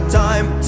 time